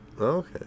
Okay